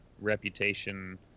reputation